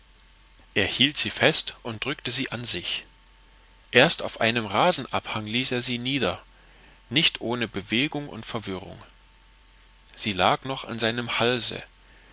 er hielt sie fest und drückte sie an sich erst auf einem rasenabhang ließ er sie nieder nicht ohne bewegung und verwirrung sie lag noch an seinem halse